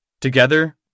Together